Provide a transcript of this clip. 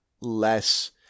less